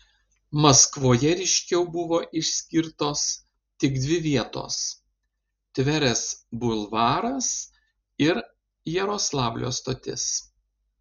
maskvoje ryškiau buvo išskirtos tik dvi vietos tverės bulvaras ir jaroslavlio stotis